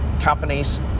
companies